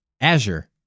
Azure